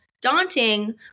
daunting